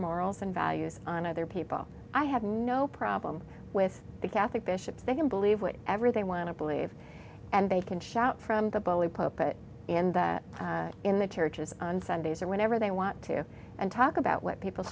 morals and values on other people i have no problem with the catholic bishops they can believe what ever they want to believe and they can shout from the bully pulpit in that in the churches on sundays or whenever they want to and talk about what people